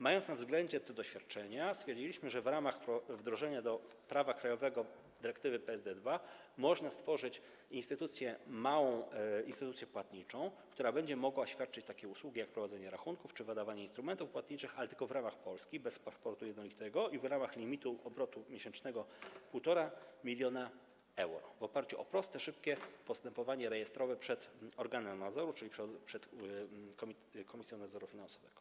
Mając na względzie te doświadczenia, stwierdziliśmy, że w ramach wdrożenia do prawa krajowego dyrektywy PSD 2 można stworzyć małą instytucję płatniczą, która będzie mogła świadczyć takie usługi jak prowadzenie rachunków czy wydawanie instrumentów płatniczych, ale tylko w ramach Polski, bez paszportu jednolitego, i w ramach limitu obrotu miesięcznego 1,5 mln euro, w oparciu o proste, szybkie postępowanie rejestrowe przed organem nadzoru, czyli przed Komisją Nadzoru Finansowego.